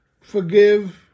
forgive